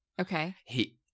Okay